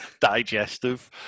digestive